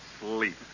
sleep